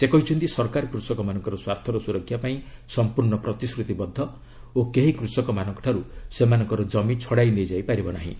ସେ କହିଛନ୍ତି ସରକାର କୃଷକମାନଙ୍କର ସ୍ୱାର୍ଥର ସୁରକ୍ଷା ପାଇଁ ସମ୍ପୂର୍ଣ୍ଣ ପ୍ରତିଶ୍ରୁତିବଦ୍ଧ ଓ କେହି କୃଷକମାନଙ୍କଠାରୁ ସେମାନଙ୍କର ଜମି ଛଡ଼ାଇ ନେଇଯାଇ ପାରିବ ନାହିଁ